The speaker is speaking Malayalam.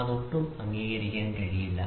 ഇത് ഒട്ടും അംഗീകരിക്കാൻ കഴിയില്ല